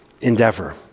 endeavor